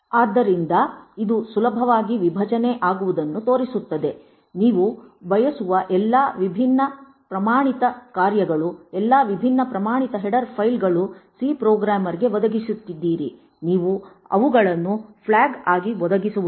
ಆದ್ದರಿಂದ ಇದು ಸುಲಭವಾಗಿ ವಿಭಜನೆ ಆಗುವುದನ್ನು ತೋರಿಸುತ್ತದೆ ನೀವು ಬಯಸುವ ಎಲ್ಲಾ ವಿಭಿನ್ನ ಪ್ರಮಾಣಿತ ಕಾರ್ಯಗಳು ಎಲ್ಲಾ ವಿಭಿನ್ನ ಪ್ರಮಾಣಿತ ಹೆಡರ್ ಫೈಲ್ಗಳು ಸಿ ಪ್ರೋಗ್ರಾಮರ್ಗೆ ಒದಗಿಸಿದ್ದೀರಿ ನೀವು ಅವುಗಳನ್ನು ಫ್ಲಾಗ್ ಆಗಿ ಒದಗಿಸುವುದಿಲ್ಲ